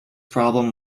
problem